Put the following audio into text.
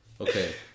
Okay